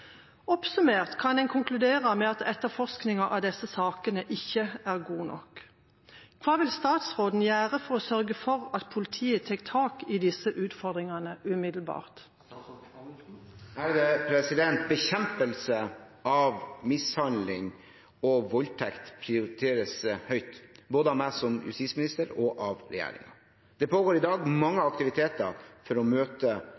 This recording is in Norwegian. Oppsummert kan ein konkludere med at etterforskinga av desse sakene ikkje er god nok. Kva vil statsråden gjere for å sørge for at politiet tek tak i desse utfordringane umiddelbart?» Bekjempelse av mishandling og voldtekt prioriteres høyt både av meg som justisminister og av regjeringen. Det pågår i dag mange aktiviteter for å møte